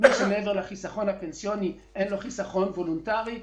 מי שמעבר לחיסכון הפנסיוני אין לו חיסכון וולונטרי.